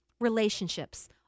relationships